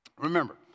Remember